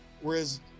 whereas